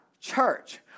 Church